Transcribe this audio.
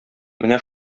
менә